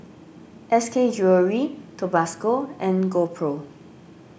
S K Jewellery Tabasco and GoPro